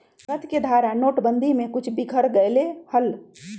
नकद के धारा नोटेबंदी में कुछ बिखर गयले हल